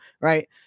Right